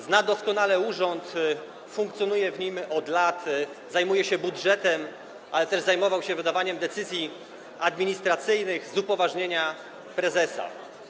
Zna doskonale urząd, funkcjonuje w nim od lat, zajmuje się budżetem, ale też zajmował się wydawaniem decyzji administracyjnych z upoważnienia prezesa.